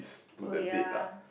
oh ya